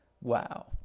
Wow